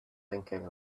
thinking